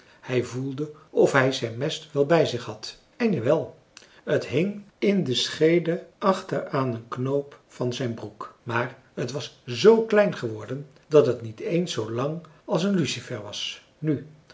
hij voelde of hij zijn mes wel bij zich had en jawel het hing in de schede achter aan een knoop van zijn broek maar het was zoo klein geworden dat het niet eens zoo lang als een lucifer was nu